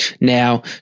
Now